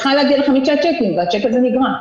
להגיע לחמישה צ'קים, והצ'ק הזה נגרע.